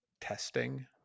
testing